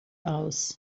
aus